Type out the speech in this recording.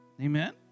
Amen